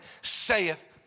saith